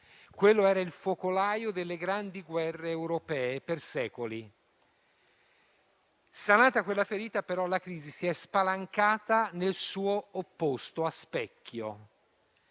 Quello era il focolaio delle grandi guerre europee per secoli. Sanata quella ferita, però, la crisi si è spalancata nel suo opposto, a specchio,